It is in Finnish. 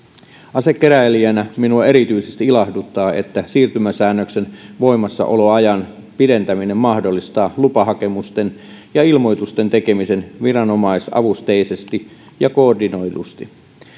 asekeräilijänä minua erityisesti ilahduttaa että siirtymäsäännöksen voimassaoloajan pidentäminen mahdollistaa lupahakemusten ja ilmoitusten tekemisen viranomaisavusteisesti ja koordinoidusti